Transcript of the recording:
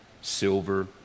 silver